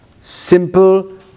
simple